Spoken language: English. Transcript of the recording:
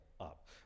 up